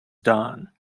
dawn